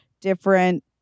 different